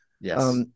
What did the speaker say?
Yes